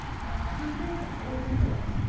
while hundreds of boys and girls,